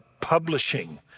publishing